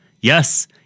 yes